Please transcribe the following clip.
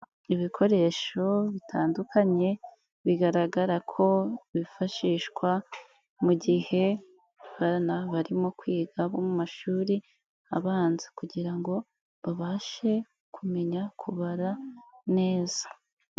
Ibikoresho bitandukanye bigaragara ko bifashishwa, mu gihe abana barimo kwiga mu mashuri abanza kugira ngo babashe kumenya kubara neza.